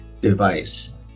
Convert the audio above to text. Device